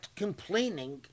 complaining